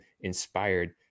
inspired